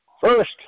first